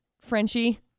Frenchie